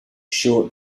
short